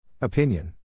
Opinion